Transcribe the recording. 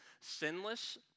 sinless